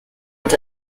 und